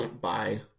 bye